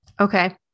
Okay